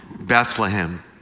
Bethlehem